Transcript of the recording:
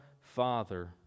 Father